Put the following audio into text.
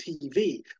TV